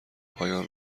پایان